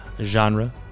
genre